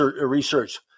research